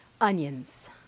Onions